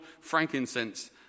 frankincense